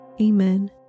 Amen